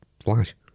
flash